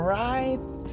right